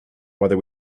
whether